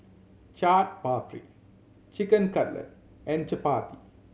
Chaat Papri Chicken Cutlet and Chapati